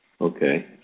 Okay